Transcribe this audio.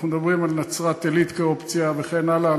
אנחנו מדברים על נצרת-עילית כאופציה וכן הלאה.